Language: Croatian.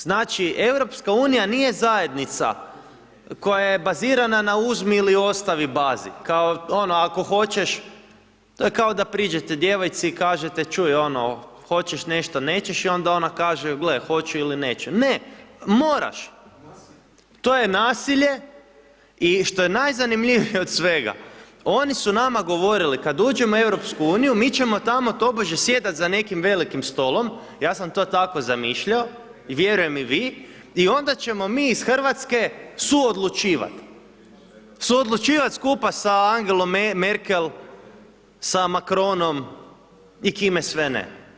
Znači EU nije zajednica koja je bazirana na uzmi ili ostavi bazi, kao ono ako hoćeš, to je kao da priđete djevojci hoćeš nešto nećeš i onda ona kaže gle hoću ili neću, ne moraš to je nasilje i što je najzanimljivije od svega oni su nama govorili kad uđemo u EU mi ćemo tamo tobože sjedat za nekim velikim stolom, ja sam to tako zamišljao i vjerujem i vi i onda ćemo mi iz Hrvatske suodlučivat, suodlučivat skupa sa Angelom Merkel, sa Makronom i kime sve ne.